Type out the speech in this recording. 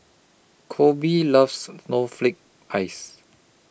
Coby loves Snowflake Ice